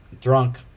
drunk